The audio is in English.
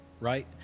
right